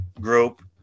group